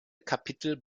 kapitel